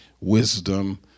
wisdom